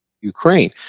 Ukraine